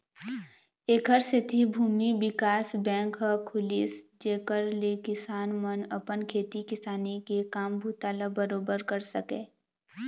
ऐखर सेती भूमि बिकास बेंक ह खुलिस जेखर ले किसान मन अपन खेती किसानी के काम बूता ल बरोबर कर सकय